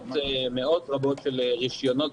מאות רבות של רישיונות.